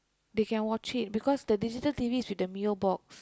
they can watch it because the digital T_V is with the Mio box